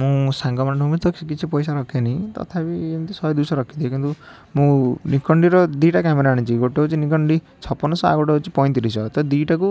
ମୁଁ ସାଙ୍ଗମାନଙ୍କୁ ତ କିଛି ପଇସା ରଖେନି ତଥାପି ଏମିତି ଶହେ ଦୁଇଶହ ରଖିଦିଏ କିନ୍ତୁ ମୁଁ ନିକୋନ ଡ଼ିର ଦୁଇଟା କ୍ୟାମେରା ଆଣିଛି ଗୋଟେ ହେଉଛି ନିକୋନ ଡ଼ି ଛପନଶହ ଆଉ ଗୋଟେ ହେଉଛି ପଇଁତିରିଶହ ତ ଦୁଇଟାକୁ